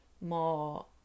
more